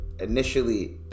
initially